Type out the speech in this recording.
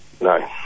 No